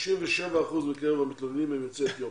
37 אחוזים מקרב המתלוננים הם יוצאי אתיופיה,